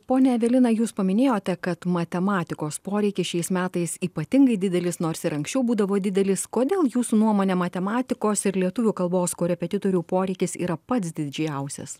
ponia evelina jūs paminėjote kad matematikos poreikis šiais metais ypatingai didelis nors ir anksčiau būdavo didelis kodėl jūsų nuomone matematikos ir lietuvių kalbos korepetitorių poreikis yra pats didžiausias